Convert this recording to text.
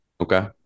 Okay